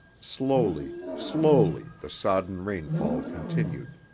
slowly, slowly, the sodden rainfall continued.